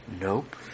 Nope